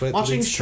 Watching